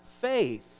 faith